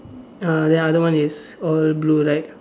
uh the other one is all blue right